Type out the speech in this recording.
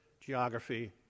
geography